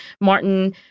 Martin